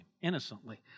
innocently